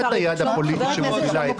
את היד הפוליטית שמובילה את הדבר הזה.